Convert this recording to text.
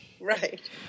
Right